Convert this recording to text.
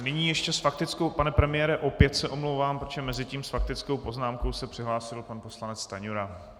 Nyní ještě s faktickou, pane premiére, opět se omlouvám, protože mezitím se s faktickou poznámkou přihlásil pan poslanec Stanjura.